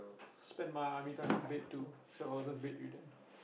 spend my army time in bed too so I wasn't bedridden